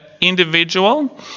individual